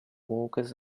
workers